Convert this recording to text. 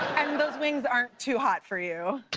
those wings aren't too hot for you?